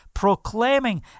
proclaiming